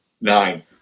Nine